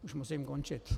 Už musím končit.